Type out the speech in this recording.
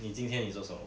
你今天你做什么